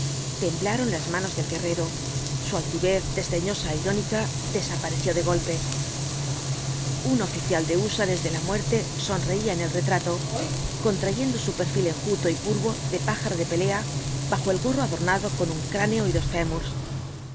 mostrársela temblaron las manos del guerrero su altivez desdeñosa é irónica desapareció de golpe un oficial de húsares de la muerte sonreía en el retrato contrayendo su perfil enjuto y curvo de pájaro de pelea bajo el gorro adornado con un cráneo y dos fémurs